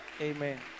Amen